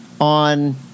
on